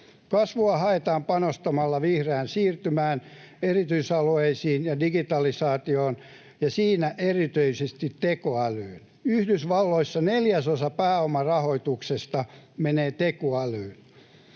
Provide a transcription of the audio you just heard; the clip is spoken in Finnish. Kasvua haetaan panostamalla vihreään siirtymään, erityisalueisiin ja digitalisaatioon ja siinä erityisesti tekoälyyn. Yhdysvalloissa neljäsosa pääomarahoituksesta menee tekoälyyn.